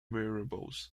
variables